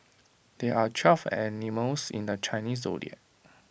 there are twelve animals in the Chinese Zodiac